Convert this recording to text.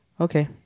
Okay